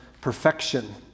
perfection